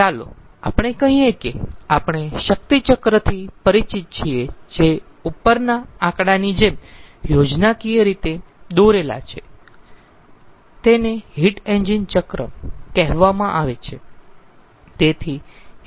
ચાલો આપણે કહીયે કે આપણે શક્તિ ચક્રથી પરિચિત છીએ જે ઉપરના આંકડાની જેમ યોજનાકીય રીતે દોરેલા છે તેને હીટ એન્જિન ચક્ર કહેવામાં આવે છે